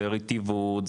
זה רטיבות,